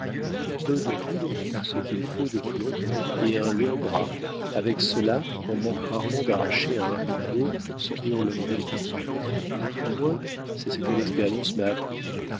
peu de poudre ce qu'il faut de plomb et un long bras avec cela on manque rarement d'arracher à un mingo son hurlement de mort du moins c'est ce que l'expérience m'a appris